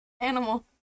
Animal